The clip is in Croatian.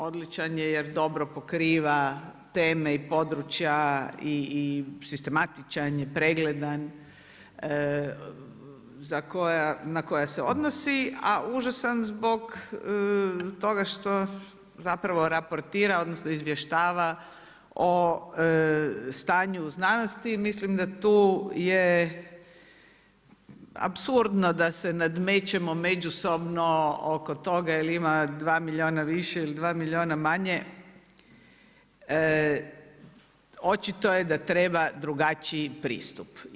Odličan je jer dobro pokriva teme i područja, i sistematičan je, pregledan na koja se odnosi a užasan zbog toga što zapravo raportira odnosno izvještava o stanju u znanosti i mislim da tu je apsurdno da se namećemo međusobno oko toga da li ima 2 milijuna više ili 2 milijuna manje, očito je da treba drugačiji pristup.